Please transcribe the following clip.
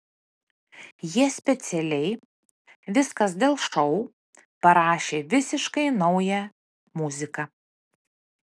jie specialiai viskas dėl šou parašė visiškai naują muziką